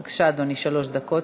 בבקשה, אדוני, שלוש דקות.